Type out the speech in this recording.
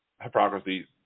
hypocrisy